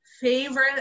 favorite